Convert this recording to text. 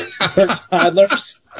toddlers